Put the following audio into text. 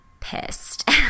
pissed